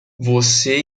você